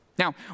Now